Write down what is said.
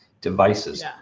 devices